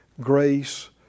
grace